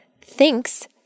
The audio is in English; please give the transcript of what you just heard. thinks